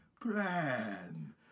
plan